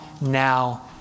now